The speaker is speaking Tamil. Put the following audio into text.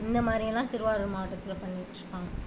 இந்த மாதிரில்லாம் திருவாரூர் மாவட்டத்தில் பண்ணிகிட்டு இருக்காங்க